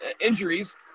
injuries